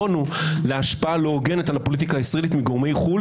כמונו להשפעה לא הוגנת על הפוליטיקה הישראלית מגורמי חו"ל.